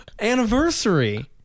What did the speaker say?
Anniversary